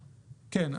כן,